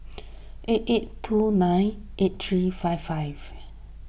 eight eight two nine eight three five five